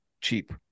cheap